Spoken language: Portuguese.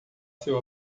seu